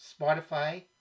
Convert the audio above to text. Spotify